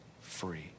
free